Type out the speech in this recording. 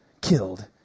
killed